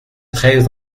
très